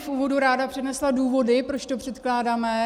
V úvodu bych ráda přednesla důvody, proč to předkládáme.